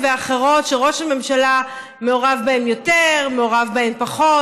ואחרות שראש הממשלה מעורב בהן יותר ומעורב בהן פחות.